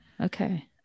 Okay